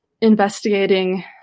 investigating